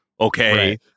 okay